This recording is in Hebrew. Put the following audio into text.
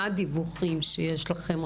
מה הדיווחים שיש אצלכם?